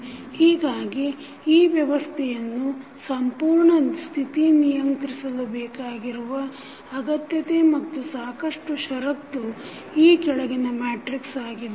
ಹೀಗಾಗಿ ಈ ವ್ಯವಸ್ಥೆಯನ್ನು ಸಂಪೂರ್ಣ ಸ್ಥಿತಿ ನಿಯಂತ್ರಿಸಲು ಬೇಕಾಗಿರುವ ಅಗತ್ಯತೆ ಮತ್ತು ಸಾಕಷ್ಟು ಶರತ್ತು ಈ ಕೆಳಗಿನ ಮ್ಯಾಟ್ರಿಕ್ ಆಗಿದೆ